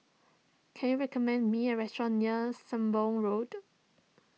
can you recommend me a restaurant near Sembong Road